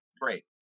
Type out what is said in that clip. Great